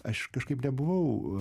aš kažkaip nebuvau